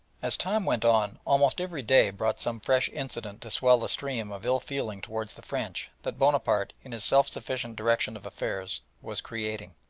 as time went on almost every day brought some fresh incident to swell the stream of ill-feeling towards the french that bonaparte, in his self-sufficient direction of affairs, was creating.